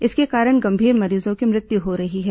इसके कारण गंभीर मरीजों की मृत्यु हो रही है